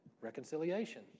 reconciliation